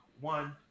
one